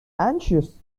anxious